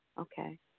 Okay